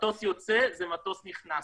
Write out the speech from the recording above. מטוס יוצא זה מטוס נכנס.